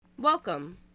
Welcome